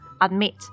admit